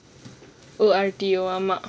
O R T O ஆமா:aaama